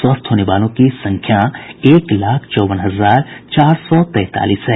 स्वस्थ होने वालों की संख्या एक लाख चौवन हजार चार सौ तैंतालीस है